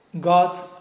God